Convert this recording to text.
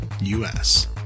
U-S